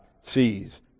sees